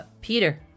Peter